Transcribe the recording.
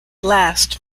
last